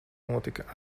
notika